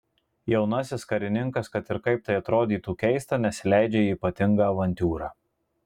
jaunasis karininkas kad ir kaip tai atrodytų keista nesileidžia į ypatingą avantiūrą